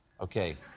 Okay